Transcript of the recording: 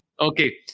Okay